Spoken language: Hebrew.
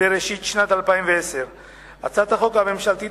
בראשית שנת 2010. הצעת החוק הממשלתית